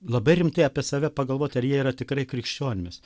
labai rimtai apie save pagalvot ar jie yra tikrai krikščionys